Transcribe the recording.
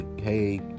hey